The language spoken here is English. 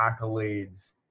accolades